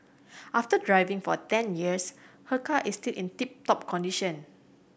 after driving for ten years her car is still in tip top condition